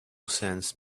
sense